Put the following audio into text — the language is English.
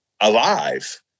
alive